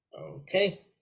Okay